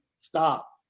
Stop